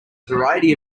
variety